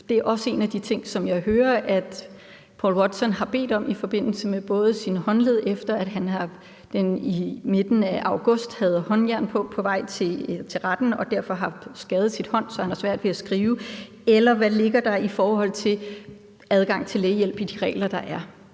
det er også en af de ting, som jeg hører at Paul Watson har bedt om i forhold til sine håndled, efter at han i midten af august havde håndjern på på vej til retten og derfor har skadet sin hånd, så han har svært ved at skrive. Eller hvad ligger der ellers i forhold til adgang til lægehjælp i de regler, der er,